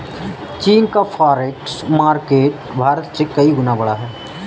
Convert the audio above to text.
चीन का forex market Bharat से कई गुना बड़ा है